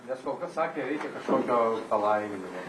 nes kol kas sakė reikia kažkokio palaiminimo